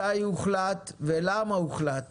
מתי הוחלט ולמה הוחלט